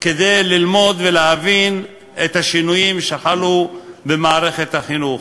כדי ללמוד ולהבין את השינויים שיחולו במערכת החינוך.